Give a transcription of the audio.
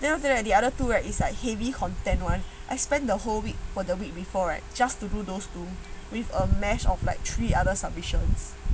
then after that the other two right is like heavy content [one] I spent the whole week for the week before it just to do those two with a mash of like three other submissions